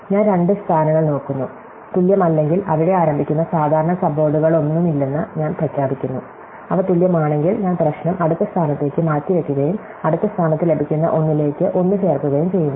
ഞാൻ രണ്ട് സ്ഥാനങ്ങൾ നോക്കുന്നു തുല്യമല്ലെങ്കിൽ അവിടെ ആരംഭിക്കുന്ന സാധാരണ സബ്വേഡുകളൊന്നുമില്ലെന്ന് ഞാൻ പ്രഖ്യാപിക്കുന്നു അവ തുല്യമാണെങ്കിൽ ഞാൻ പ്രശ്നം അടുത്ത സ്ഥാനത്തേക്ക് മാറ്റിവയ്ക്കുകയും അടുത്ത സ്ഥാനത്ത് ലഭിക്കുന്ന ഒന്നിലേക്ക് 1 ചേർക്കുകയും ചെയ്യുന്നു